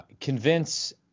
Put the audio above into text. convince